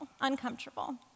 uncomfortable